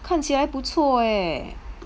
看起来不错 eh